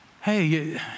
Hey